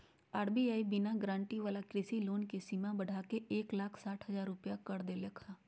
RBI बिना guarantee वाला कृषि लोन के सीमा बढ़ाके एक लाख साठ हजार रुपया कर देलके हें